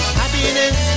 happiness